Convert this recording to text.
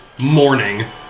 morning